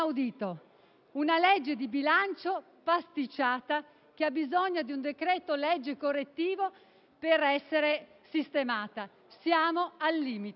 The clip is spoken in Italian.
di legge di bilancio pasticciato, che ha bisogno di un decreto-legge correttivo per essere sistemato. Siamo al limite